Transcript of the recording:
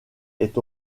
est